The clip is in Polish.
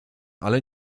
ale